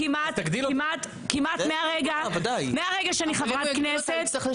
כמעט מהרגע שאני חברת כנסת.